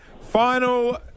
Final